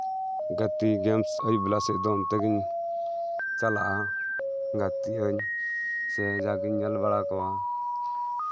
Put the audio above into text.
ᱜᱟᱛᱮ ᱜᱮᱢᱥ ᱟᱹᱭᱩᱵ ᱵᱮᱞᱟ ᱥᱮᱜ ᱫᱚ ᱚᱱᱛᱮᱜᱮ ᱪᱟᱞᱟᱜᱼᱟ ᱜᱟᱛᱮᱜ ᱟᱹᱧ ᱥᱮ ᱡᱟᱣᱜᱮᱧ ᱧᱮᱞ ᱵᱟᱲᱟ ᱠᱚᱣᱟ